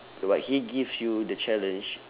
but he give you the challenge